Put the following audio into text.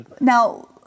Now